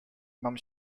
mam